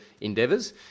endeavors